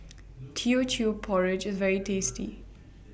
Teochew Porridge IS very tasty